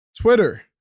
Twitter